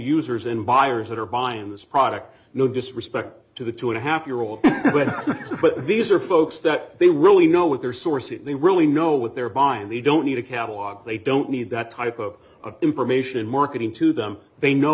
users and buyers that are buying this product no disrespect to the two and a half year old but these are folks that they really know what their source if they really know what they're buying they don't need a catalog they don't need that type of information marketing to them they know